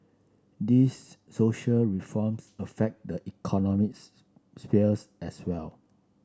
these social reforms affect the economics spheres as well